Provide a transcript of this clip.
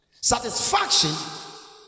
satisfaction